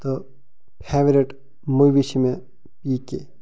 تہٕ favourite movie چھِ مےٚ پی کے